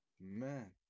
Man